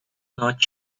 not